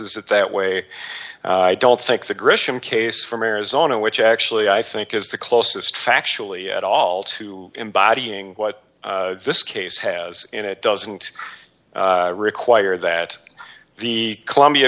is it that way i don't think the grisham case from arizona which actually i think is the closest factually at all to embodying what this case has and it doesn't require that the columbia